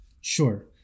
Sure